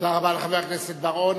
תודה רבה לחבר הכנסת בר-און.